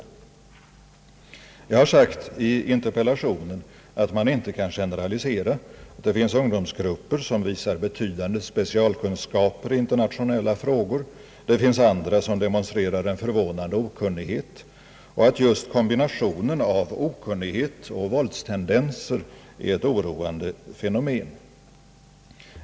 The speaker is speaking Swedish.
Jag har sagt i interpellationen att man inte kan generalisera. Det förekommer ungdomsgrupper som visar upp betydande specialkunskaper i internationella frågor och andra som demonstrerar en förvånande okunnighet. Just kombinationen av okunnighet och våldstendenser är ett oroande fenomen.